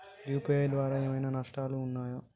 UPI ద్వారా ఏమైనా నష్టాలు ఉన్నయా?